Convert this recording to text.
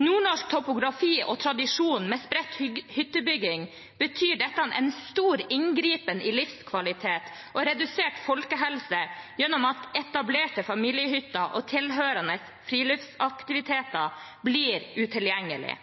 Med nordnorsk topografi og tradisjon med spredt hyttebygging betyr dette en stor inngripen i livskvalitet og redusert folkehelse gjennom at etablerte familiehytter og tilhørende friluftsaktiviteter blir